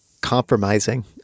compromising